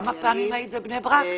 כמה פעמים היית בבני ברק?